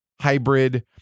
hybrid